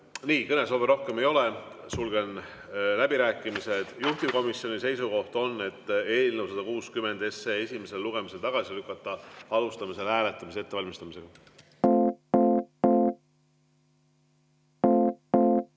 Nii. Kõnesoove rohkem ei ole, sulgen läbirääkimised. Juhtivkomisjoni seisukoht on eelnõu 160 esimesel lugemisel tagasi lükata. Alustame selle hääletamise ettevalmistamist.